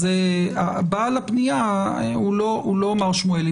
אז בעל הפנייה הוא לא מר שמואלי.